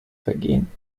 vergehen